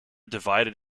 divided